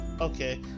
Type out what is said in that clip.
okay